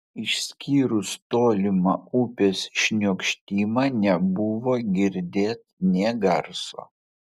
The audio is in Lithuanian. išskyrus tolimą upės šniokštimą nebuvo girdėt nė garso